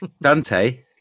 Dante